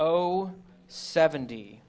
oh seventy